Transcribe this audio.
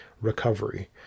recovery